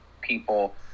people